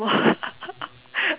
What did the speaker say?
!wah!